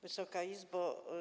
Wysoka Izbo!